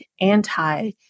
anti